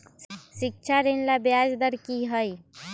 शिक्षा ऋण ला ब्याज दर कि हई?